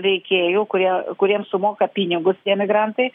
veikėjų kurie kuriems sumoka pinigus emigrantai